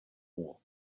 war